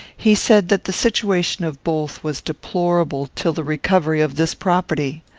he said that the situation of both was deplorable till the recovery of this property.